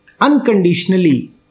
unconditionally